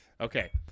okay